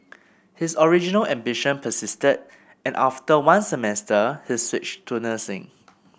his original ambition persisted and after one semester he switched to nursing